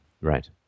Right